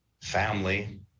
family